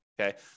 okay